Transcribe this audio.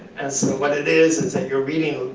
and so what it is, is that you're reading